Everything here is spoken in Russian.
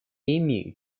имею